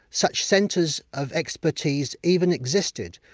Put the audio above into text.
such centres of expertise even existed,